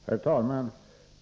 Herr talman!